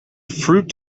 fruit